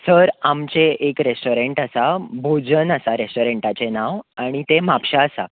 sir आमचें एक restaurant आसा भोजन आसा रेस्टॉरंटाचें नांव आनी तें म्हापशा आसा